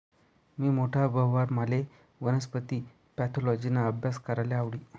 मी मोठा व्हवावर माले वनस्पती पॅथॉलॉजिना आभ्यास कराले आवडी